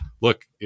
look